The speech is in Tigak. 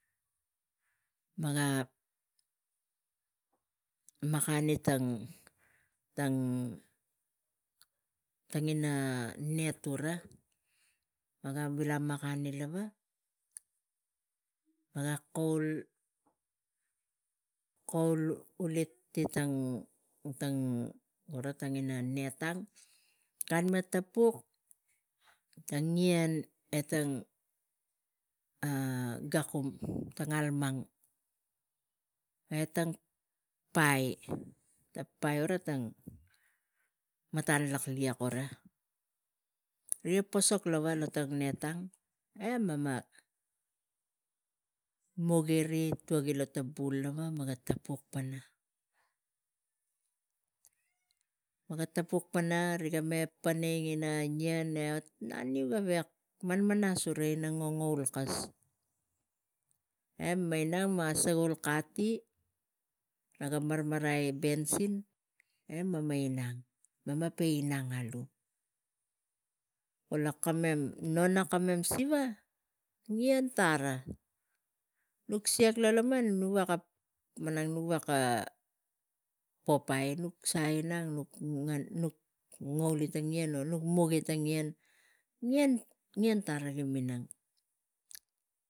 Mega makani ina tang tang ina nat ura maga vil makani lava, maga kaul, kaul, uliti tang tang ura tang net gan maga tapuk tang ien, tang gakum, tang almang e tang pai, tang pai ura tang matan lak liek gura riga pesok lava lo net ang e mema mugi ri lo tang bul mega tapuk pana. Mega tapuk pana riga me panai iri tang ina ien e ot. Naniu gavek ne manman nas ina kaul kos e mema inang kul kati naga maramarai ta sit e nema inang. Mema pe inang alu kula kamem lo ina kamem siva ien tare nuk isa lo laman nuk ngouli tang ien, nuk mugi tang ien, ien, ien, rik minang.